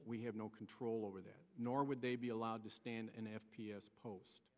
we have no control over that nor would they be allowed to stand in an f p s post